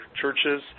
churches